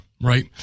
right